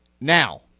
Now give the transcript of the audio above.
Now